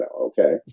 Okay